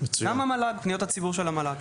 יש גם את פניות הציבור של המל"ג.